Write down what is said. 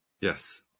yes